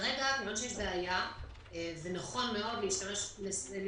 כרגע אני יודעת שיש בעיה ונכון מאוד להשתמש בתקופה